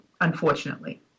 unfortunately